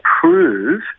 prove